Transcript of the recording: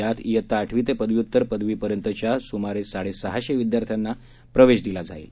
यामध्ये श्रीता आठवी ते पदव्युत्तर पदवीपर्यंतच्या सुमारे साडेसहाशे विद्यार्थ्यांना प्रवेश दिला जाईल